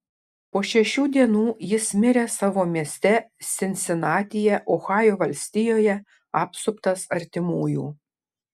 po šešių dienų jis mirė savo mieste sinsinatyje ohajo valstijoje apsuptas artimųjų